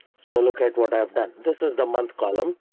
so look at what i've done. this is the month column.